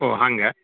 ಹೋ ಹಾಗಾ